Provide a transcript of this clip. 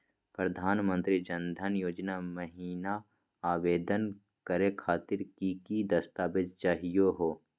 प्रधानमंत्री जन धन योजना महिना आवेदन करे खातीर कि कि दस्तावेज चाहीयो हो?